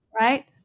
right